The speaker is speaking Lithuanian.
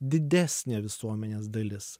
didesnė visuomenės dalis